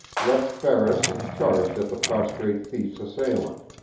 left ferris and charged at the prostrate thief's assailant.